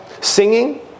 Singing